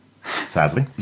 sadly